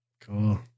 Cool